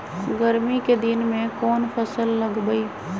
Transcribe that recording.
गर्मी के दिन में कौन कौन फसल लगबई?